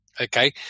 Okay